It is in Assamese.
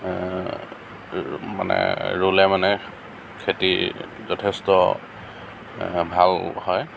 মানে ৰুলে মানে খেতি যথেষ্ট ভাল হয়